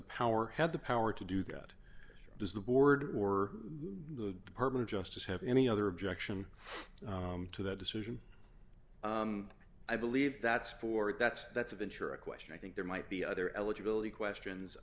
the power had the power to do that does the board or the department of justice have any other objection to that decision i believe that's for it that's that's aventura question i think there might be other eligibility questions